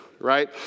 right